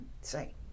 say